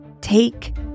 take